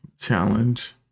challenge